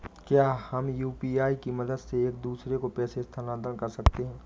क्या हम यू.पी.आई की मदद से एक दूसरे को पैसे स्थानांतरण कर सकते हैं?